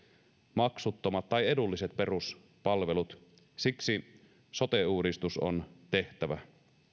maksuttomat tai edulliset peruspalvelut siksi sote uudistus on tehtävä